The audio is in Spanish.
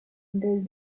del